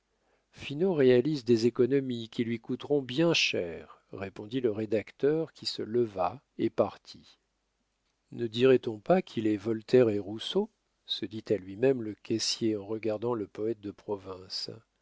finot réalise des économies qui lui coûteront bien cher répondit le rédacteur qui se leva et partit ne dirait-on pas qu'il est voltaire et rousseau se dit à lui-même le caissier en regardant le poète de province